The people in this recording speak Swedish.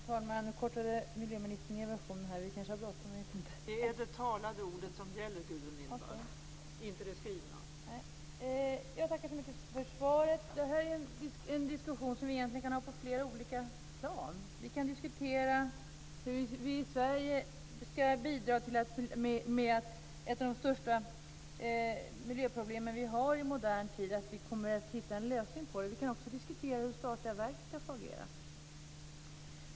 Fru talman! Jag tackar så mycket för svaret. Det här är en diskussion som vi egentligen kan ha på flera olika plan. Vi kan diskutera hur vi i Sverige ska bidra till att vi kommer att hitta en lösning på ett av våra största miljöproblem i modern tid. Vi kan också diskutera hur statliga verk ska få agera.